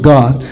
God